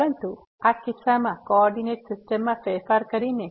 પરંતુ આ કિસ્સામાં કોર્ડીનેટ સિસ્ટમ માં ફેરફાર કરીને